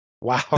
Wow